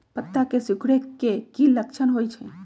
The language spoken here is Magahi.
पत्ता के सिकुड़े के की लक्षण होइ छइ?